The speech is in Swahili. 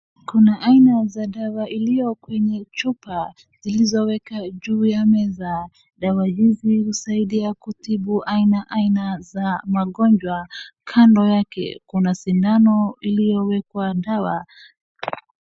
Kuna aina za dawa iliyo kwenye chupa zilizowekwa juu ya meza, dawa hizi husaidia kutibu aina aina za magonjwa. Kando yake, kuna sindano iliyowekwa dawa.